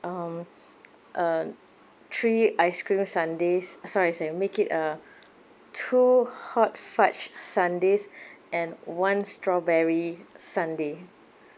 um uh three ice cream sundaes uh sorry sorry make it uh two hot fudge sundaes and one strawberry sundae